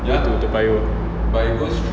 go to toa payoh